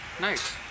nice